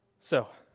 so,